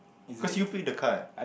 cause you print the card